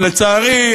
לצערי,